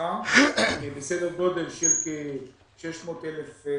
תמיכה בסדר גודל של 600 מיליון שקלים,